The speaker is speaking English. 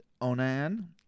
Onan